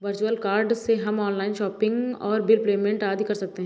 virtual card से हम online shopping और बिल पेमेंट आदि कर सकते है